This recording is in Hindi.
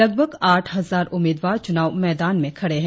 लगभग आठ हजार उम्मीदवार चुनाव मैदान में खड़े है